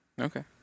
Okay